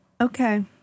Okay